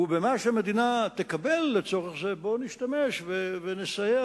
ובמה שהמדינה תקבל לצורך זה נשתמש ונסייע